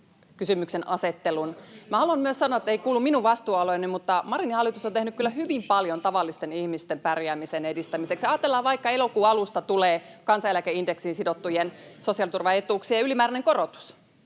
kysymys, suora vastaus!] Haluan myös sanoa, vaikka se ei kuulu minun vastuualueelleni, että Marinin hallitus on tehnyt kyllä hyvin paljon tavallisten ihmisten pärjäämisen edistämiseksi. [Perussuomalaisten ryhmästä: Kyllä vai ei?] Ajatellaan vaikka, että elokuun alusta tulee kansaneläkeindeksiin sidottujen sosiaaliturvaetuuksien ylimääräinen korotus,